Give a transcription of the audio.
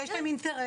ויש להם אינטרס,